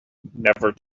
never